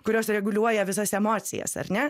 kurios reguliuoja visas emocijas ar ne